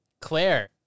Claire